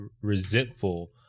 resentful